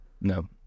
no